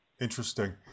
Interesting